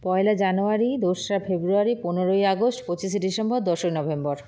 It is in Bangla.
পয়লা জানুয়ারি দোসরা ফেব্রুয়ারি পনেরোই আগস্ট পঁচিশে ডিসেম্বর দশই নভেম্বর